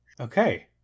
Okay